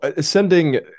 sending